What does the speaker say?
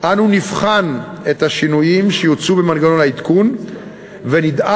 אנו נבחן את השינויים שיוצעו במנגנון העדכון ונדאג